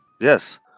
yes